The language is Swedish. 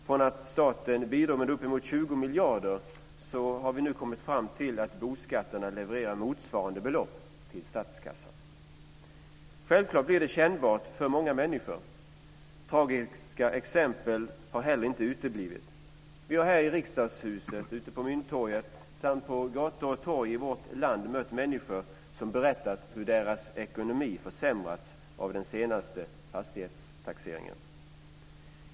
Från att staten bidrog med upp emot 20 miljarder har vi nu kommit fram till att boskatterna levererar motsvarande belopp till statskassan. Självklart blir det kännbart för många människor. Tragiska exempel har heller inte uteblivit. Vi har här i Riksdagshuset, ute på Mynttorget samt på gator och torg i vårt land mött människor som berättat hur deras ekonomi försämrats av den senaste fastighetstaxeringen.